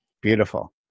Beautiful